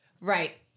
Right